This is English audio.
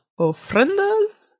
ofrendas